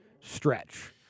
stretch